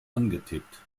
angetippt